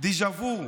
דז'ה וו,